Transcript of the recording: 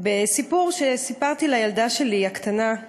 סיפור שסיפרתי לילדה הקטנה שלי,